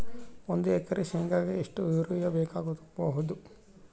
ಒಂದು ಎಕರೆ ಶೆಂಗಕ್ಕೆ ಎಷ್ಟು ಯೂರಿಯಾ ಬೇಕಾಗಬಹುದು?